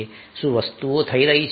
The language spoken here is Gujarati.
શું વસ્તુઓ થઈ રહી છે